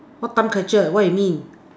what time captured what you mean